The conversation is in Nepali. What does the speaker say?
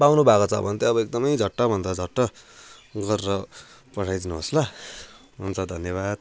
पाउनु भएको छ भने त अब एकदमै झट्ट भन्दा झट्ट गरेर पठाइदिनु होस् ल हुन्छ धन्यवाद